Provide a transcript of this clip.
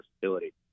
versatility